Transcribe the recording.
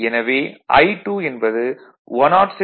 எனவே I2 என்பது 106